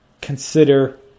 consider